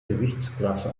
gewichtsklasse